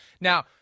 now